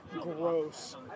gross